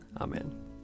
Amen